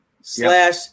slash